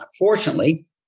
Unfortunately